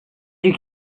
you